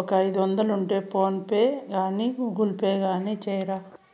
ఒక ఐదొందలు PhonePe గాని గూగుల్ పే గాని సెయ్యరా